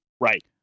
Right